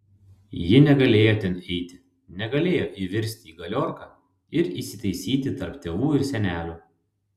ji negalėjo ten eiti negalėjo įvirsti į galiorką ir įsitaisyti tarp tėvų ir senelių